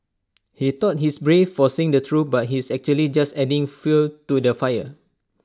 he thought he's brave for saying the truth but he's actually just adding fuel to the fire